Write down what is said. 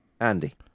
Andy